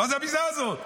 מה זה הביזה הזאת?